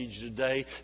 today